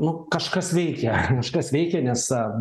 nu kažkas veikia kažkas veikia nes